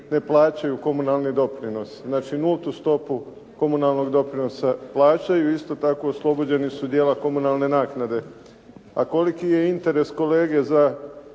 ne plaćaju komunalni doprinos. Znači, nultu stopu komunalnog doprinosa plaćaju. Isto tako oslobođeni su dijela komunalne naknade. A koliko je interes kolege za